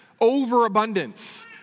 overabundance